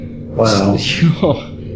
wow